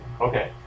Okay